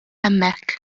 hemmhekk